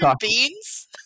beans